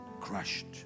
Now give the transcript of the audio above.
Crushed